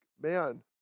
man